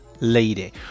lady